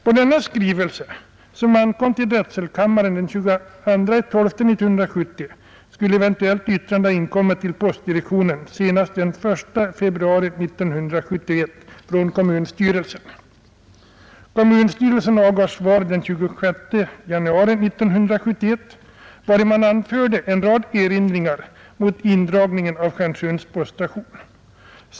Över denna skrivelse, som ankom till drätselkammaren den 22 december 1970, skulle eventuellt yttrande från kommunstyrelsen ha inkommit till postdirektionen senast den 1 februari 1971. Kommunstyrelsen avgav den 26 januari 1971 sitt svar, vari man anförde en rad erinringar mot indragningen av Stjärnsunds poststation.